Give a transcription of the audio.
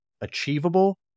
achievable